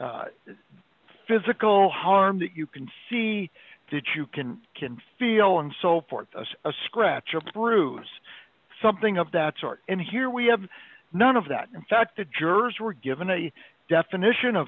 actual physical harm that you can see that you can can feel and so forth a scratch or a bruise something of that sort and here we have none of that in fact the jurors were given a definition of